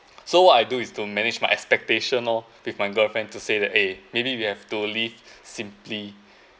so what I do is to manage my expectational lor with my girlfriend to say that eh maybe we have to live simply